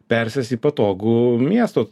persės į patogų miesto